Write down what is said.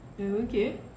Okay